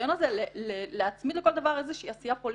הניסיון הזה להצמיד לכל דבר איזושהי עשייה פוליטית,